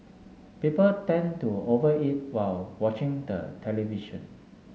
people tend to over eat while watching the television